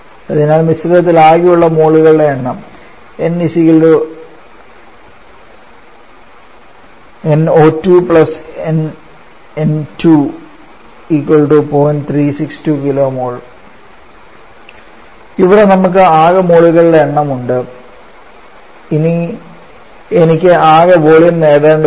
അതിനാൽ മിശ്രിതത്തിൽ ഉള്ള ആകെ മോളുകളുടെ എണ്ണം ഇവിടെ നമുക്ക് ആകെ മോളുകളുടെ എണ്ണം ഉണ്ട് ഇനി എനിക്ക് ആകെ വോളിയം നേടേണ്ടതുണ്ട്